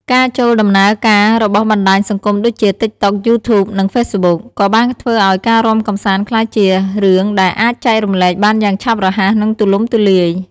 ការចូលដំណើរការរបស់បណ្តាញសង្គមដូចជា TikTok, YouTube និង Facebook ក៏បានធ្វើឲ្យការរាំកម្សាន្តក្លាយជារឿងដែលអាចចែករំលែកបានយ៉ាងឆាប់រហ័ស និងទូលំទូលាយ។